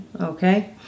Okay